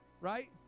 Right